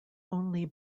only